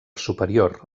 superior